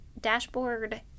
Dashboard